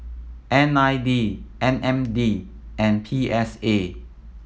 N I E M N D and P S A